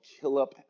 Killup